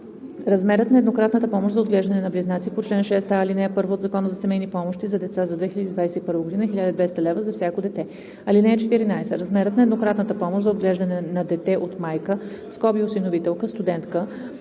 Размерът на еднократната помощ за отглеждане на близнаци по чл. 6а, ал. 1 от Закона за семейни помощи за деца за 2021 г. е 1200 лв. за всяко дете. (14) Размерът на еднократната помощ за отглеждане на дете от майка (осиновителка) студентка,